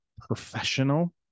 Professional